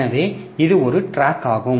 எனவே இது ஒரு டிராக் ஆகும்